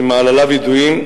שמעלליו ידועים,